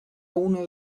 uno